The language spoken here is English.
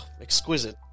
Exquisite